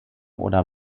oder